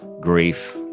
grief